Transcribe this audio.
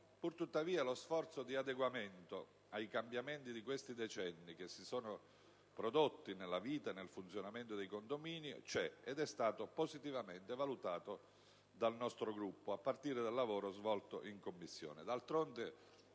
Purtuttavia, vi è uno sforzo di adeguamento ai cambiamenti che in questi decenni si sono prodotti nella vita e nel funzionamento dei condomini, ed è stato positivamente valutato dal nostro Gruppo, a partire dal lavoro svolto in Commissione.